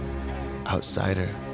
Outsider